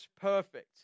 perfect